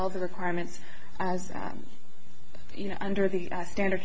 all the requirements as you know under the standard